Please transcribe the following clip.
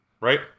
right